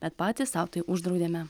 bet patys sau tai uždraudėme